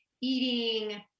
eating